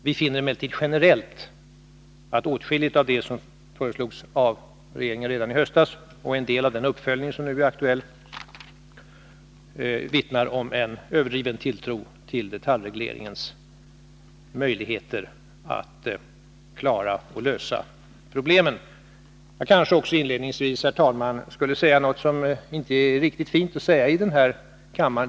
Vi finner emellertid generellt att åtskilligt av det som föreslogs av regeringen redan i höstas och en del av den uppföljning som nu är aktuell vittnar om en överdriven tilltro till att man genom detaljregleringens möjligheter kan lösa problemen. Jag skulle vilja säga, herr talman, något som inte är riktigt fint att säga i den här kammaren.